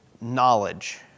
knowledge